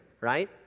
right